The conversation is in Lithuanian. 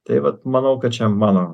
tai vat manau kad čia mano